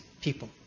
people